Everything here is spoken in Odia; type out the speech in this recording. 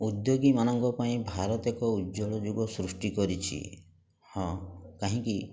ଉଦ୍ୟୋଗୀମାନଙ୍କ ପାଇଁ ଭାରତ ଏକ ଉଜ୍ୱଳ ଯୁଗ ସୃଷ୍ଟି କରିଛି ହଁ କାହିଁକି